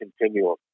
continuum